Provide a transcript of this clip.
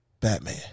Batman